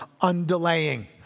undelaying